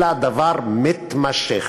אלא דבר מתמשך.